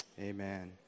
Amen